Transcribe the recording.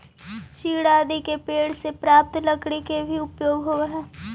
चीड़ आदि के पेड़ से प्राप्त लकड़ी के भी उपयोग होवऽ हई